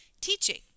teaching